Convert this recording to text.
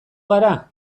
gara